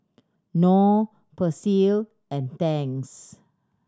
Knorr Persil and Tangs